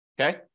okay